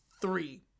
three